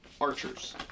archers